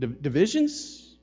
divisions